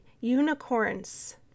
unicorns